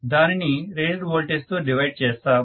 దానిని rated voltage తో divide చేస్తాము